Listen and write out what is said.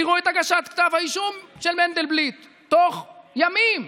תראו את הגשת כתב האישום של מנדלבליט תוך ימים.